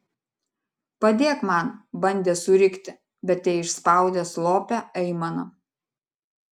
padėk man bandė surikti bet teišspaudė slopią aimaną